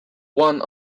one